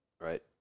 Right